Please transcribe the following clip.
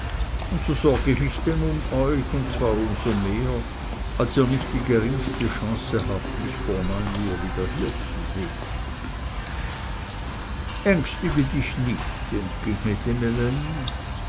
und so sorg ich mich denn um euch und zwar um so mehr als ihr nicht die geringste chance habt mich vor neun uhr wieder hier zu sehn ängstige dich nicht entgegnete